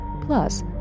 Plus